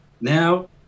now